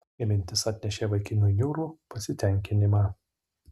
ši mintis atnešė vaikinui niūrų pasitenkinimą